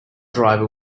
driver